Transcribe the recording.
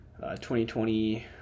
2020